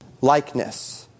likeness